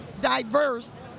diverse